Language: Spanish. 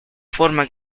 forma